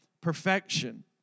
perfection